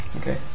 Okay